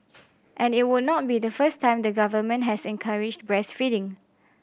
and it would not be the first time the government has encouraged breastfeeding